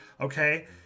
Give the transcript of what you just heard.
okay